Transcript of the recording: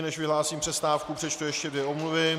Než vyhlásím přestávku, přečtu ještě dvě omluvy.